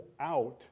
out